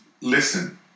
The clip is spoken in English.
Listen